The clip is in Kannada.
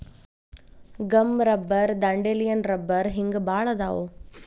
ಗಮ್ ರಬ್ಬರ್ ದಾಂಡೇಲಿಯನ್ ರಬ್ಬರ ಹಿಂಗ ಬಾಳ ಅದಾವ